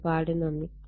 ഒരുപാട് നന്ദി